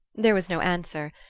there was no answer,